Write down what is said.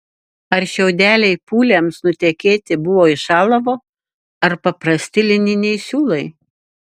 o šiaudeliai pūliams nutekėti buvo iš alavo ar paprasti lininiai siūlai